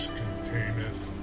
containeth